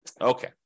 Okay